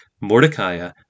Mordecai